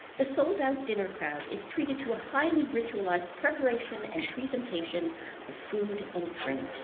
the sold-out dinner crowd is treated to highly-ritualized preparation and presentation of food and drink